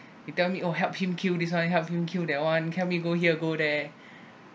he tell me oh help him kill this one help him kill that one can we go here go there